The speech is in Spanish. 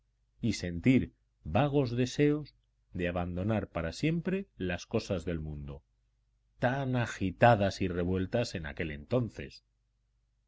y sentir vagos deseos de abandonar para siempre las cosas del mundo tan agitadas y revueltas en aquel entonces